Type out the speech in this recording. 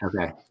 okay